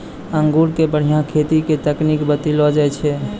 अंगूर के बढ़िया खेती के तकनीक बतइलो जाय छै